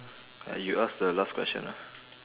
uh you ask the last question lah